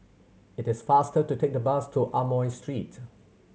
it is faster to take the bus to Amoy Street